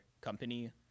company